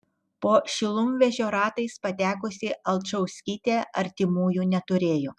po šilumvežio ratais patekusi alčauskytė artimųjų neturėjo